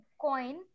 coin